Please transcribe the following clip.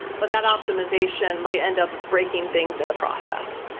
but that optimization might end up breaking things in the process.